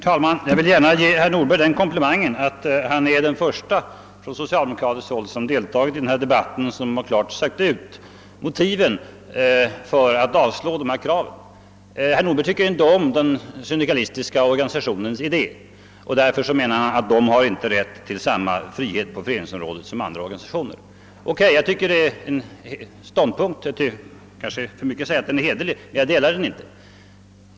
Herr talman! Jag vill gärna ge herr Nordberg den komplimangen att han är den förste av dem som från socialdemokratiskt håll deltagit i denna debatt som klart har redovisat motiven för varför man vill avslå motionärernas krav. Herr Nordberg tycker inte om den syndikalistiska organisationens idé och anser att syndikalisterna inte skall ha samma rätt till frihet på föreningsområdet som andra organisationer. Detta är dock en ståndpunkt även om det vore för mycket att säga att den är hederlig; jag delar den inte.